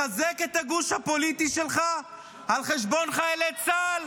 לחזק את הגוש הפוליטי שלך על חשבון חיילי צה"ל?